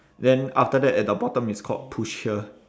then after that at the bottom it's called push here